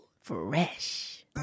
Fresh